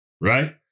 right